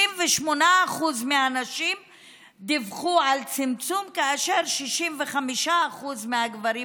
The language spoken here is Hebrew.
68% מהנשים דיווחו על צמצום כאשר 65% מהגברים